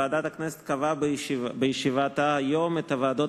ועדת הכנסת קבעה בישיבתה היום את הוועדות